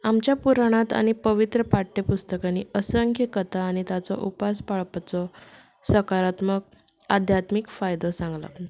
आमच्या पुराणांत आनी पवित्र पाठ्यपुस्तकांनी असंख्य कथा आनी ताचो उपसा पाळपाचो सकारात्मक आध्यात्मीक फायदो सांगला